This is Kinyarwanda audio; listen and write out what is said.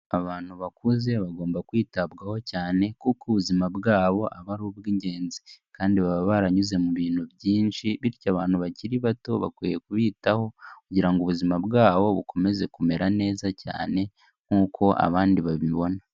Abantu bakuze bagomba kwitabwaho cyane kuko ubuzima bwabo aba ari ubw'ingenzi kandi baba baranyuze mu bintu byinshi, bityo abantu bakiri bato bakwiye kubitaho kugira ngo ubuzima bwabo bukomeze kumera neza cyane nk'uko abandi babibona.